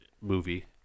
movie